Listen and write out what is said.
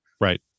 Right